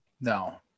No